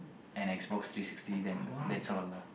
an X Box three sixty then that's all lah